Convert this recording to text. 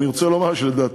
אני רוצה לומר שלדעתי,